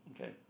Okay